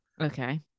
Okay